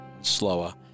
slower